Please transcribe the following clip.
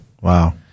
Wow